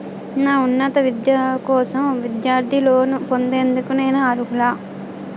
నా ఉన్నత విద్య కోసం విద్యార్థి లోన్ పొందేందుకు నేను అర్హులా?